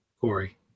Corey